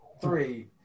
Three